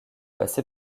passer